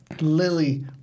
Lily